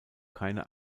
keine